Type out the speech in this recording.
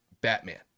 Batman